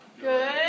Good